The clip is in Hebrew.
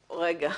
רגע.